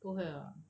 不会啦